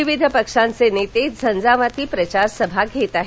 विविध पक्षांचे नेते झंझावाती प्रचार सभा घेत आहेत